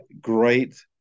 great